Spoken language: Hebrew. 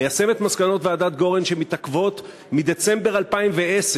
ליישם את מסקנות ועדת גורן שמתעכבות מדצמבר 2010,